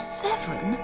seven